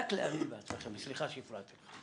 רק להאמין בעצמכם וסליחה שהפרעתי לך.